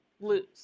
lose